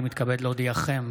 אני מתכבד להודיעכם,